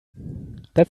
that